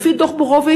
לפי דוח בורוביץ,